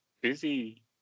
busy